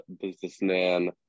businessman